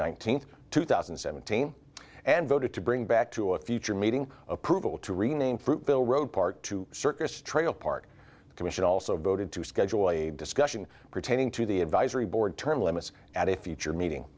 nineteenth two thousand and seventeen and voted to bring back to a future meeting approval to rename fruitvale road park to circus trail park the commission also voted to schedule a discussion pertaining to the advisory board term limits at a future meeting